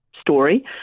story